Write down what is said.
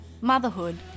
motherhood